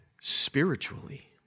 spiritually